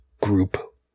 group